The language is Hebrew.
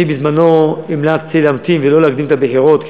אני בזמנו המלצתי להמתין ולא להקדים את הבחירות,